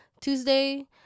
tuesday